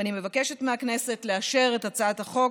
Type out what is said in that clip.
ואני מבקשת מהכנסת לאשר את הצעת החוק